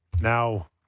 now